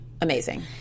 amazing